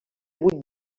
vuit